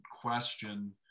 question